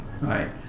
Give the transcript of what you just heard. right